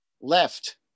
left